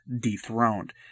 dethroned